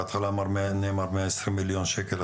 בהתחלה נאמר מאה עשרים מיליון שקל,